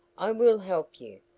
i will help you.